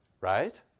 Right